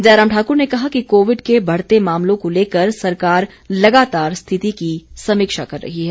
जयराम ठाकुर ने कहा कि कोविड के बढ़ते मामलों को लेकर सरकार लगातार स्थिति की समीक्षा कर रही है